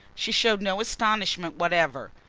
she showed no astonishment whatever.